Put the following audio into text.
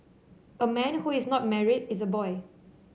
a man who is not married is a boy